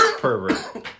pervert